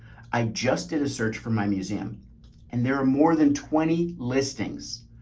i just did a search for my museum and there are more than twenty listings.